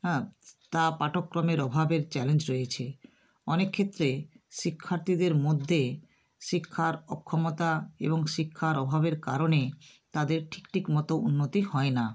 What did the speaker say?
হ্যাঁ তা পাঠক্রমের অভাবের চ্যালেঞ্জ রয়েছে অনেক ক্ষেত্রে শিক্ষার্থীদের মদ্যে শিক্ষার অক্ষমতা এবং শিক্ষার অভাবের কারণে তাদের ঠিক ঠিকমতো উন্নতি হয় না